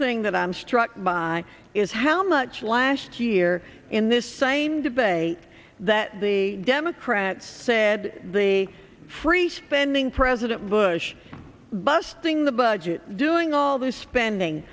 thing that i'm struck by is how much last year in this same debate that the democrats said the free spending president bush busting the budget doing all the spending